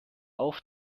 auf